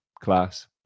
Class